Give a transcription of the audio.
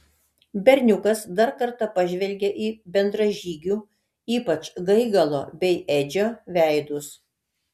berniukas dar kartą pažvelgė į bendražygių ypač gaigalo bei edžio veidus